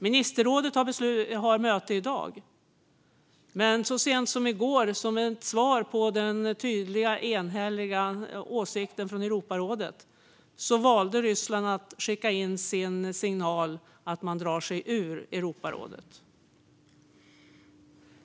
Ministerrådet har möte i dag. Men så sent som i går, som ett svar på den tydliga enhälliga åsikten från Europarådet, valde Ryssland att skicka signalen att man drar sig ur Europarådet.